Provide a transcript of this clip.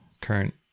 current